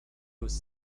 was